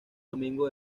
domingo